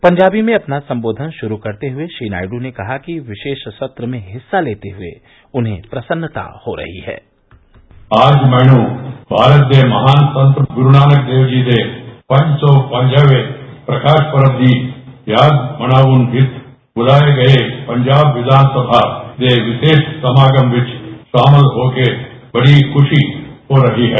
पंजाबी में अपना संबोधन शुरू करते हुए श्री नायडू ने कहा कि विशेष सत्र में हिस्सा लेते हुए उन्हें प्रसन्नता हो रही है आज मैंनू भारत दे महान संत गुरू नानक देव जी दे पंच सौ पंजावें प्रकाश पर्व दी याद मनावन विच बुलाये गये पंजाब विधानसभा दे विशेष समागम विच शामल होके बड़ी खुशी हो रही है